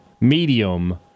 medium